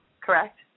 correct